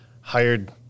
hired